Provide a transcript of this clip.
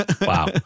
Wow